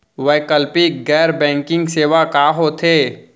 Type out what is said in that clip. वैकल्पिक गैर बैंकिंग सेवा का होथे?